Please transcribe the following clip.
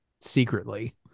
secretly